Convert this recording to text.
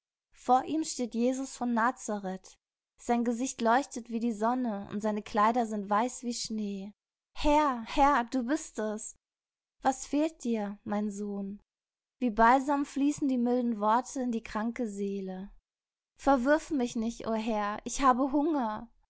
vor ihm steht jesus von nazareth sein gesicht leuchtet wie die sonne und seine kleider sind weiß wie schnee herr herr du bist es was fehlt dir mein sohn wie balsam fließen die milden worte in die kranke seele verwirf mich nicht o herr ich habe hunger